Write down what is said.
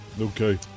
Okay